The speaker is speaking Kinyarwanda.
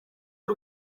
y’u